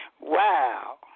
Wow